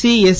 C S